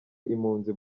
impunzi